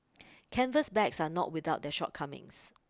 canvas bags are not without their shortcomings